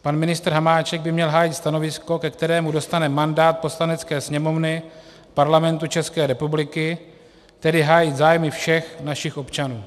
Pan ministr Hamáček by měl hájit stanovisko, ke kterému dostane mandát Poslanecké sněmovny Parlamentu ČR, tedy hájit zájmy všech našich občanů.